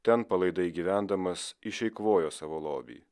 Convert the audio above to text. ten palaidai gyvendamas išeikvojo savo lobį